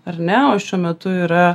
ar ne o šiuo metu yra